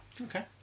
Okay